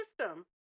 system